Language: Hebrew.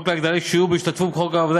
הצעת חוק להגדלת שיעור ההשתתפות בכוח העבודה